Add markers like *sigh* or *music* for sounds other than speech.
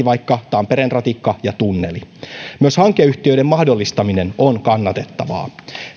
*unintelligible* vaikka tampereen ratikka ja tunneli myös hankeyhtiöiden mahdollistaminen on kannatettavaa